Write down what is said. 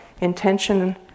intention